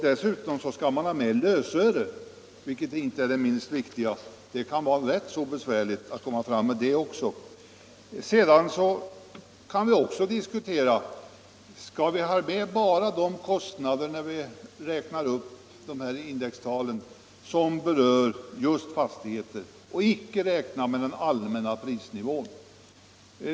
Dessutom skall man ta med värdet för lösöret, vilket är inte minst viktigt att komma ihåg. Det kan vara ganska besvärligt att komma fram till ett riktigt värde på det också. Vi kan när vi räknar upp de här indextalen också diskutera om vi skall ta med bara de kostnader som berör just fastigheter och icke räkna med den allmänna prisnivån.